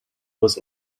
was